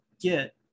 get